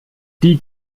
die